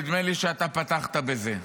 נדמה לי שאתה פתחת בזה.